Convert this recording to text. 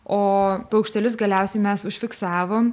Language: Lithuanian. o paukštelius galiausiai mes užfiksavom